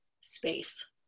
space